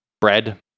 bread